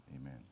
amen